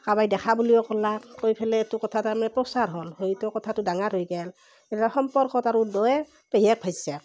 কাবাই দেখা বুলিও ক'লাক কৈ ফেলে এইটো কথা তাৰমানে প্ৰচাৰ হ'ল হৈ ত' কথাটো ডাঙৰ হৈ গ'ল ইতা সম্পৰ্কত আৰু দুয়োৱে পেহীয়েক ভাইজাক